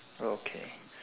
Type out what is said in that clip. okay